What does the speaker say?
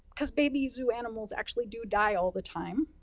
because baby zoo animals actually do die all the time,